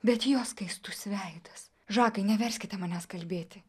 bet jo skaistus veidas žakai neverskite manęs kalbėti